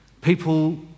People